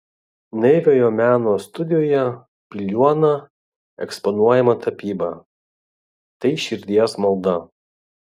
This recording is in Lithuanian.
naiviojo meno studijoje piliuona eksponuojama tapyba tai širdies malda